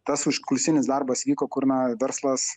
tas užkulisinis darbas vyko kur na verslas